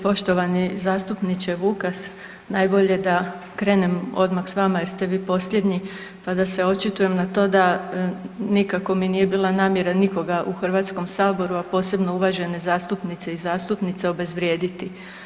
Poštovani zastupniče Vukas najbolje da krenem odmah s vama jer ste vi posljednji pa da se očitujem na to da nikako mi nije bila namjera nikoga u Hrvatskom saboru, a posebno uvažene zastupnice i zastupnike obezvrijediti.